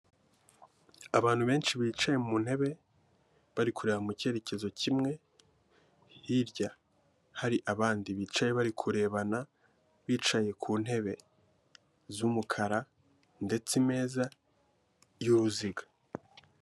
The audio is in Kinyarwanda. Abantu benshi bicaye mu ntebe bari kureba mu cyerekezo kimwe, hirya hari abandi bicaye bari kurebana, bicaye ku ntebe z'umukara ndetse imeza y'uruziga.